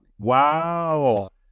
wow